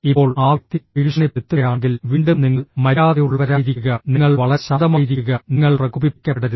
ഇപ്പോൾ ആ വ്യക്തി ഭീഷണിപ്പെടുത്തുകയാണെങ്കിൽ വീണ്ടും നിങ്ങൾ മര്യാദയുള്ളവരായിരിക്കുക നിങ്ങൾ വളരെ ശാന്തമായിരിക്കുക നിങ്ങൾ പ്രകോപിപ്പിക്കപ്പെടരുത്